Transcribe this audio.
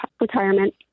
retirement